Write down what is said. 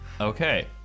Okay